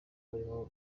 barimo